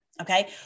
Okay